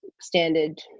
standard